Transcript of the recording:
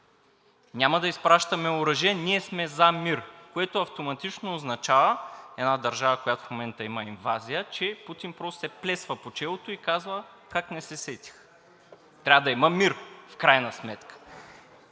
Няма да изпращаме оръжие, ние сме за мир, което автоматично означава една държава, в която в момента има инвазия, че Путин просто се плесва по челото и казва: „Как не се сетих! Трябва да има мир в крайна сметка!“